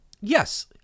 Yes